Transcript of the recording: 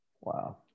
wow